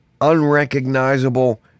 unrecognizable